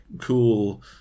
cool